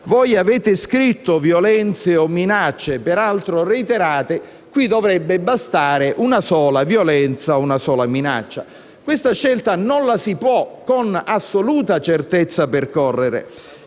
"Voi avete scritto «violenze o minacce» peraltro «reiterate»; qui dovrebbe bastare una sola violenza o una sola minaccia". Questa scelta non la si può con assoluta certezza percorrere,